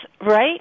Right